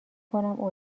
کنم